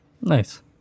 Nice